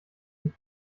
sich